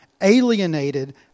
alienated